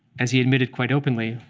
as he admitted quite openly,